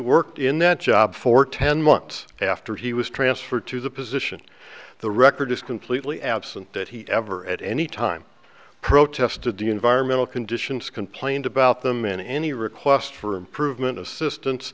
worked in that job for ten months after he was transferred to the position the record is completely absent that he ever at any time protested the environmental conditions complained about them in any request for improvement assistance